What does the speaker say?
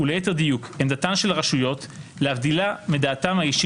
וליתר דיוק: עמדתן של הרשויות (להבדילה מדעתם האישית